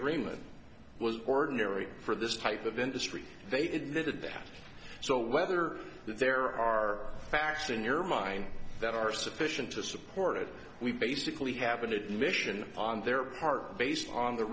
agreement was ordinary for this type of industry they admitted that so whether there are facts in your mind that are sufficient to support it we basically have an admission on their part based on the